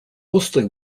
mostly